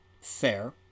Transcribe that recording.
fair